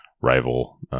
rival